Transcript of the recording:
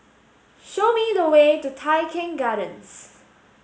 show me the way to Tai Keng Gardens